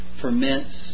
ferments